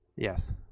yes